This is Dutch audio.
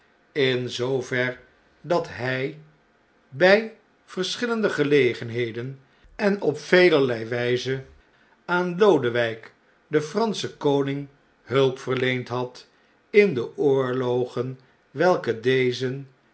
in zoover dat hjj bij verschillende gelegenheden en op velerlei wjjze aan lodewyk den franschen koning hulp verleend had in de oorlogen welke deze